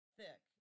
thick